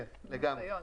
כן, לגמרי.